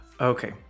Okay